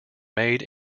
made